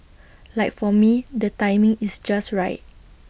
like for me the timing is just right